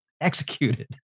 executed